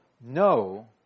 No